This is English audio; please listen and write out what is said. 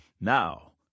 Now